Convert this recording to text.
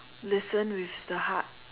listen with the heart